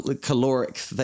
caloric